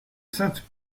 sainte